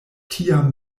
tiam